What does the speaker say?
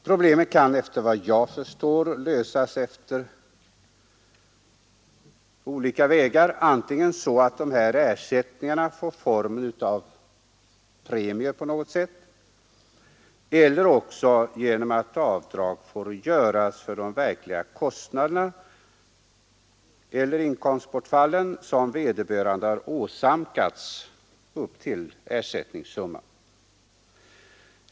Problemen kan efter vad jag förstår lösas efter olika vägar. Antingen får ersättningarna formen av skattefria premier eller också får avdrag göras för de verkliga kostnaderna eller inkomstbortfallen som vederbörande har åsamkats upp till ersättningssumman.